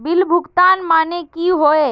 Bill भुगतान माने की होय?